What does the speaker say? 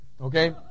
okay